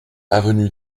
avenue